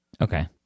Okay